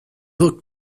book